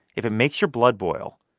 if it makes your blood boil,